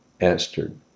answered